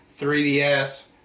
3DS